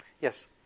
Yes